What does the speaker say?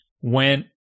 went